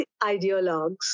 ideologues